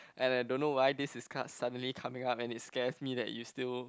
and I don't know why this is co~ suddenly coming up and it scares me that you still